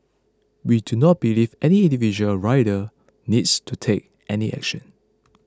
we do not believe any individual rider needs to take any action